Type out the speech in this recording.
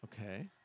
Okay